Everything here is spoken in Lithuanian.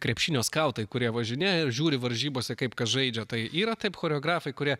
krepšinio skautai kurie važinėja žiūri varžybose kaip kas žaidžia tai yra taip choreografai kurie